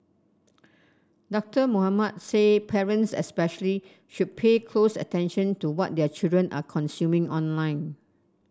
Doctor Mohamed said parents especially should pay close attention to what their children are consuming online